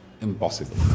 impossible